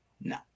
No